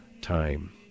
time